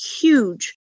huge